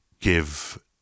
give